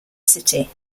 city